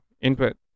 Input